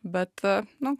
bet nu